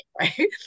right